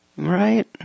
Right